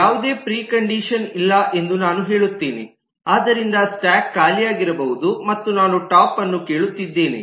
ಯಾವುದೇ ಪ್ರಿಕಂಡಿಷನ್ ಇಲ್ಲ ಎಂದು ನಾನು ಹೇಳುತ್ತೇನೆ ಆದ್ದರಿಂದ ಸ್ಟಾಕ್ ಖಾಲಿಯಾಗಿರಬಹುದು ಮತ್ತು ನಾನು ಟಾಪ್ ಅನ್ನು ಕೇಳುತ್ತಿದ್ದೇನೆ